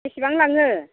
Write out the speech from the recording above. बेसेबां लाङो